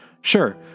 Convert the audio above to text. Sure